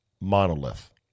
monolith